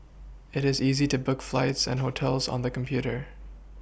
it is easy to book flights and hotels on the computer